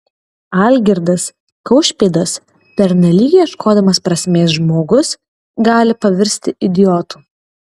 algirdas kaušpėdas pernelyg ieškodamas prasmės žmogus gali pavirsti idiotu